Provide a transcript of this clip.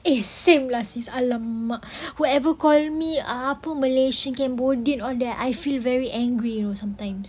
eh same lah sis !alamak! whoever call me apa malaysian cambodian all that I feel very angry you know sometimes